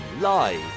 live